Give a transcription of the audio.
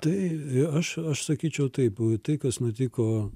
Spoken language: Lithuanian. tai aš aš sakyčiau taip tai kas nutiko